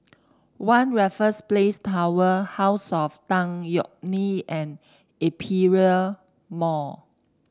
One Raffles Place Tower House of Tan Yeok Nee and Aperia Mall